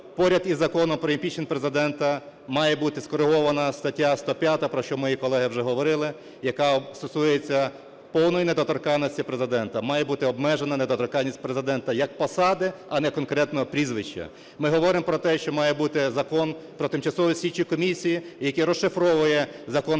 поряд із Законом про імпічмент Президента має бути скоригована стаття 105, про що мої колеги вже говорили, яка стосується повної недоторканності Президента, має бути обмежена недоторканність Президента як посади, а не конкретного прізвища. Ми говоримо про те, що має бути Закон про Тимчасові слідчі комісії, який розшифровує Закон про